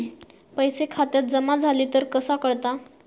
पैसे खात्यात जमा झाले तर कसा कळता?